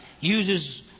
uses